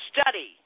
Study